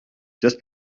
just